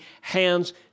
hands